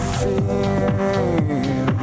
feel